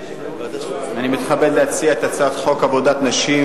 אני מתכבד להציע את הצעת חוק עבודת נשים